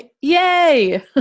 Yay